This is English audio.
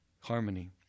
harmony